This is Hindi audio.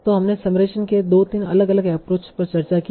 तों हमने समराइजेशन के 2 3 अलग अलग एप्रोच पर चर्चा की